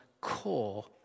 core